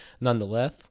Nonetheless